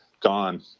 gone